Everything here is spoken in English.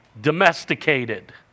domesticated